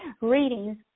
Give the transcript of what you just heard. readings